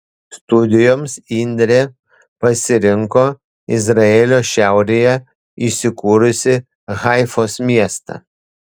studijoms indrė pasirinko izraelio šiaurėje įsikūrusį haifos miestą